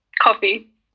Coffee